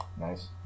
nice